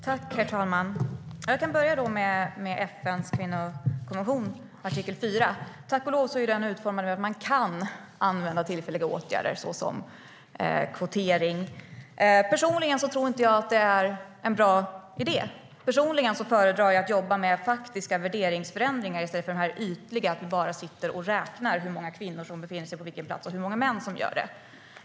Herr talman! Jag kan börja med FN:s kvinnokonvention, artikel 4. Tack och lov är den utformad så att man kan använda tillfälliga åtgärder som kvotering. Personligen tror jag inte att det är en bra idé. Personligen föredrar jag att arbeta med faktiska värderingsförändringar i stället för att bara ytligt sitta och räkna hur många kvinnor respektive män som befinner sig på en viss plats.